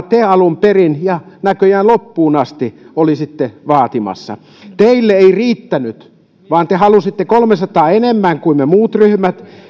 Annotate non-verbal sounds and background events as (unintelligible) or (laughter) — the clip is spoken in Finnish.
(unintelligible) te alun perin ja näköjään loppuun asti olisitte vaatimassa teille ei riittänyt vaan te halusitte kolmesataa euroa enemmän kuin me muut ryhmät